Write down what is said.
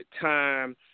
time